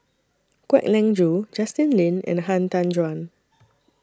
Kwek Leng Joo Justin Lean and Han Tan Juan